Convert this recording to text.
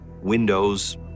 windows